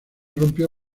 rompió